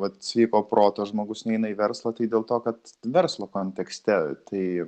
vat sveiko proto žmogus neina į verslą tai dėl to kad verslo kontekste tai